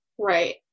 Right